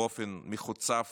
באופן מחוצף